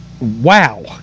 Wow